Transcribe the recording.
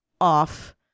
off